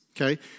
Okay